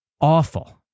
awful